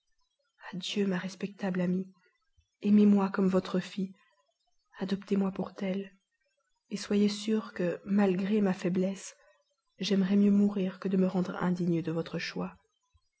adieu ma respectable amie aimez-moi comme votre fille adoptez moi pour telle et soyez sûre que malgré ma faiblesse j'aimerais mieux mourir que de me rendre indigne de votre choix